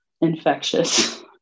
infectious